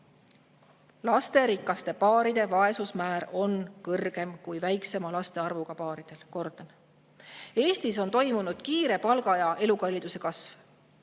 lasterikaste paaride vaesusmäär on kõrgem kui väiksema laste arvuga paaridel. Eestis on toimunud kiire palga ja elukalliduse kasv.